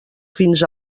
fins